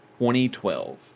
2012